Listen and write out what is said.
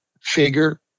figure